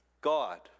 god